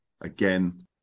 again